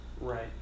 Right